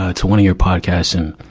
ah, to one of your podcasts and,